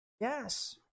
Yes